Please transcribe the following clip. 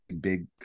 big